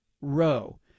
row